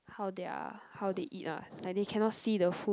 how they are how they eat ah like they cannot see the food